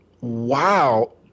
wow